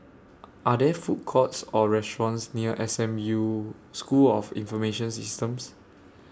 Are There Food Courts Or restaurants near S M U School of Information Systems